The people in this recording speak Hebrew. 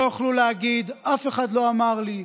הם לא יוכלו להגיד: אף אחד לא אמר לי,